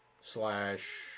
slash